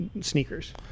sneakers